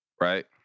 Right